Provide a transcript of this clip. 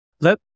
Let